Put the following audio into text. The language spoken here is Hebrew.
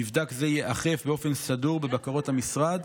מבדק זה ייאכף באופן סדור בבקרות המשרד.